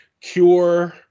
cure